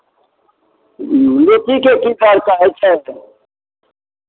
लीचीके की दर कहै छथि